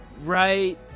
Right